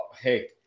hey